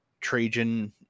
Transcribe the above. Trajan